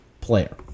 player